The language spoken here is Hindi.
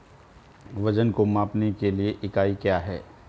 वजन को मापने के लिए इकाई क्या है?